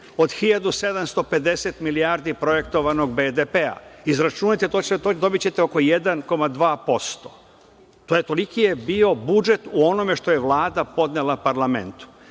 od 1.750 milijardi projektovanog BDP-a. Izračunajte, dobićete oko 1,2%. Toliki je bio budžet u onome što je Vlada podnela parlamentu.